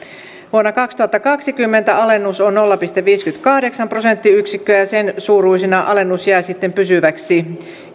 vuonna kaksituhattakaksikymmentä alennus on nolla pilkku viisikymmentäkahdeksan prosenttiyksikköä ja sen suuruisena alennus jää sitten pysyväksi